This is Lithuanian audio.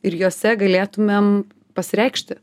ir jose galėtumėm pasireikšti